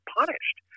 punished